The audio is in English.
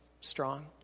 strong